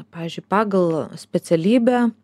pavyzdžiui pagal specialybę